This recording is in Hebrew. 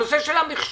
הנושא של המחשוב.